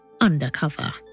undercover